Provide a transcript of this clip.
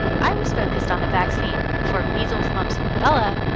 i was focused on the vaccine for measles, mumps and rubella,